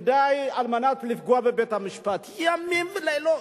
כדי לפגוע בבית-המשפט, ימים ולילות,